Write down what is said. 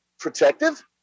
protective